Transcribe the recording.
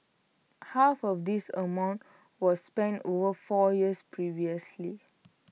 half of this amount was spent over four years previously